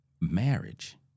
marriage